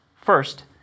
First